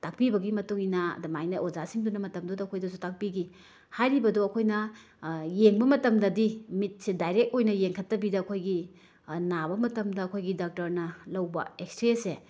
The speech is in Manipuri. ꯇꯥꯛꯄꯤꯕꯒꯤ ꯃꯇꯨꯡ ꯏꯟꯅ ꯑꯗꯨꯃꯥꯏꯅ ꯑꯣꯖꯥꯁꯤꯡꯗꯨꯅ ꯃꯇꯝꯗꯨꯗ ꯑꯩꯈꯣꯏꯗꯁꯨ ꯇꯥꯛꯄꯤꯈꯤ ꯍꯥꯏꯔꯤꯕꯗꯣ ꯑꯩꯈꯣꯏꯅ ꯌꯦꯡꯕ ꯃꯇꯝꯗꯗꯤ ꯃꯤꯠꯁꯦ ꯗꯥꯏꯔꯦꯛ ꯑꯣꯏꯅ ꯌꯦꯡꯈꯠꯇꯕꯤꯗ ꯑꯩꯈꯣꯏꯒꯤ ꯅꯥꯕ ꯃꯇꯝꯗ ꯑꯩꯈꯣꯏꯒꯤ ꯗꯥꯛꯇꯔꯅ ꯂꯧꯕ ꯑꯦꯛꯁ꯭ꯔꯦꯁꯦ